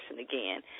again